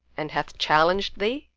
and hath challenged thee?